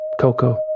Coco